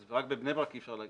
אז רק בבני ברק אי אפשר.